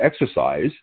exercise